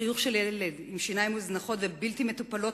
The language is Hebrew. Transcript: חיוך של ילד עם שיניים מוזנחות ובלתי מטופלות